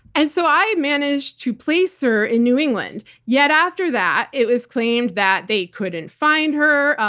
and so i managed to place her in new england, yet after that, it was claimed that they couldn't find her,